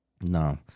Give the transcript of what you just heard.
No